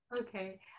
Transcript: Okay